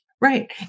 Right